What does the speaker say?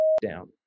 down